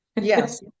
yes